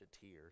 tears